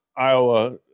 Iowa